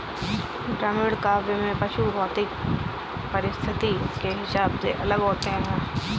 ग्रामीण काव्य में पशु भौगोलिक परिस्थिति के हिसाब से अलग होते हैं